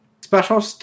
special